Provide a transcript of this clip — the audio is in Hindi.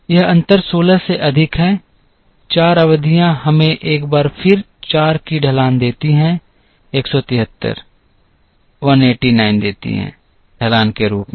यह अंतर 16 से अधिक है 4 अवधियां हमें एक बार फिर 4 की ढलान देती हैं 173 189 देती हैं ढलान के रूप में